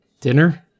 dinner